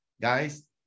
Guys